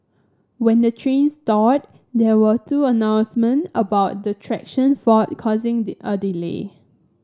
when the train stalled there were two announcement about the traction fault causing a delay